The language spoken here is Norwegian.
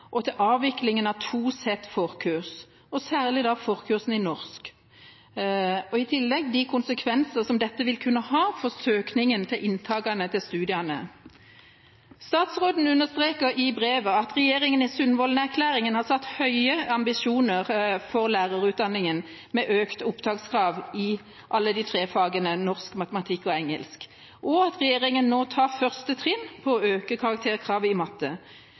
og til avviklinga av to sett forkurs, og da særlig forkursene i norsk, i tillegg til de konsekvenser dette vil kunne ha for søkningen og inntaket til studiene. Statsråden understreker i brevet at regjeringa i Sundvolden-erklæringa har satt høye ambisjoner for lærerutdanninga, med økte opptakskrav i de tre fagene norsk, matematikk og engelsk, og at regjeringa nå tar første trinn med å øke karakterkravet i